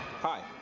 Hi